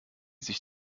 sich